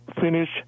finish